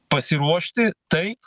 pasiruošti taip